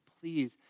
Please